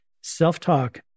Self-talk